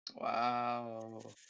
wow